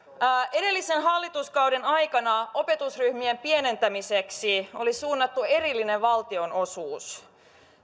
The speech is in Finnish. edellisen hallituskauden aikana opetusryhmien pienentämiseksi oli suunnattu erillinen valtionosuus